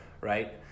right